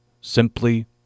simply